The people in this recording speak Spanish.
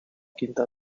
quinta